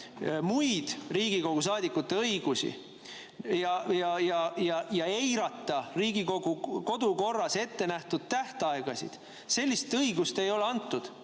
muid Riigikogu saadikute õigusi ja eirata Riigikogu kodukorras ettenähtud tähtaegasid – sellist õigust ei ole antud